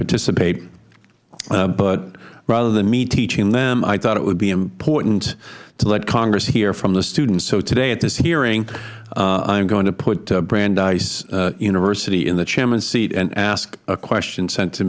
participate but rather than me teaching them i thought it would be important to let congress hear from the students so today at this hearing i am going to put brandeis university in the chairman's seat and ask a question sent to